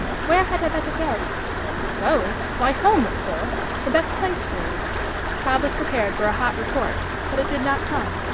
where had i better go go? why home, of course. the best place for you cobb was prepared for a hot retort, but it did not come.